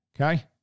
okay